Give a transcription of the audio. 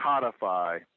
codify